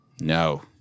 No